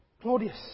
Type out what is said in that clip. Claudius